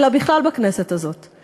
אלא בכלל בכנסת הזאת.